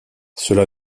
cela